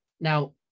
Now